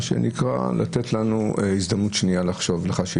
מה שנקרא, לתת לנו הזדמנות שנייה לחשיבה.